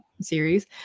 series